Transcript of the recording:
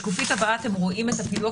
בשקופית הבאה אתם רואים את הפילוח